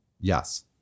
Yes